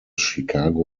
chicago